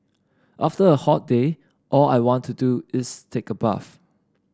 after a hot day all I want to do is take a bath